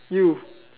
you